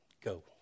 go